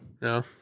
No